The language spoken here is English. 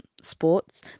sports